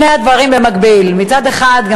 שני הדברים במקביל: מצד אחד,